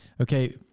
Okay